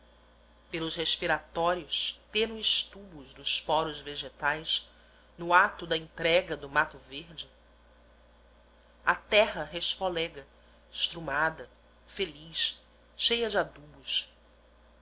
pelos respiratórios tênues tubos dos poros vegetais no ato da entrega do mato verde a terra resfolega estrumada feliz cheia de adubos